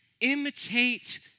imitate